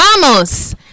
Vamos